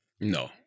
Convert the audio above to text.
No